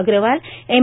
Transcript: Agarwal M